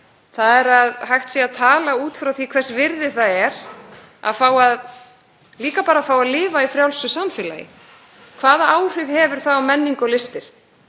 nú, að hægt sé að tala út frá því hvers virði það er að fá bara að lifa í frjálsu samfélagi. Hvaða áhrif hefur það á menningu og listir